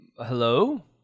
hello